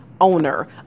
owner